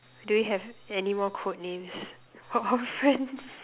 do we have any more code names for our friends